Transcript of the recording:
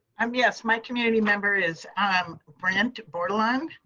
um yes. my community member is um brent bordelon.